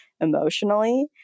emotionally